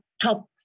top